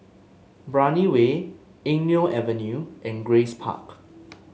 Brani Way Eng Neo Avenue and Grace Park